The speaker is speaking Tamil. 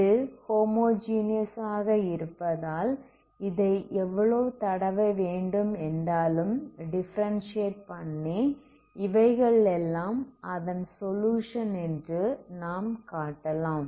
இது ஹோமோஜீனஸ் ஆக இருப்பதால் இதை எவ்வளவு தடவை வேண்டும் என்றாலும் டிஃபரன்ஸியேட் பண்ணி இவைகள் எல்லாம் அதன் சொலுயுஷன் என்று நாம் காட்டலாம்